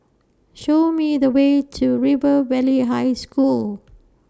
Show Me The Way to River Valley High School